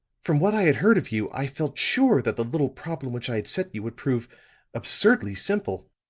from what i had heard of you, i felt sure that the little problem which i had set you would prove absurdly simple.